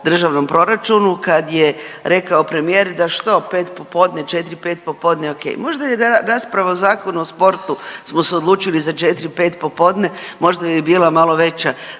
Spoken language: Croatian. državnom proračunu kada je rekao premijer da što pet popodne, četri, pet popodne je ok, možda da je Zakon o sportu smo se odlučili za četri, pet popodne možda bi bila malo veća